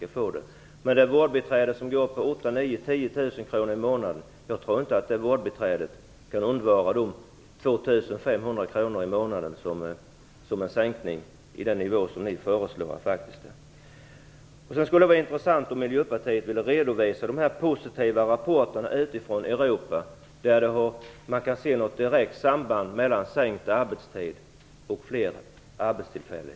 Jag tror inte att ett vårdbiträde med 8 000-10 000 kr i månaden kan undvara de 2 500 kr som en sänkning till den nivå ni föreslår skulle innebära. Det skulle vara intressant om Miljöpartiet ville redovisa de positiva rapporterna från Europa om ett direkt samband mellan förkortad arbetstid och fler arbetstillfällen.